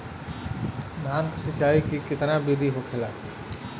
धान की सिंचाई की कितना बिदी होखेला?